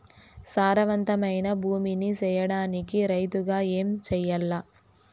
సారవంతమైన భూమి నీ సేయడానికి రైతుగా ఏమి చెయల్ల?